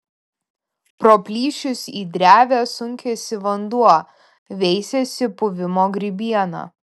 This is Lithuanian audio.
pro plyšius į drevę sunkiasi vanduo veisiasi puvimo grybiena